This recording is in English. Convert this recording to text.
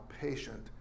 patient